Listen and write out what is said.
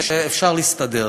ואפשר להסתדר.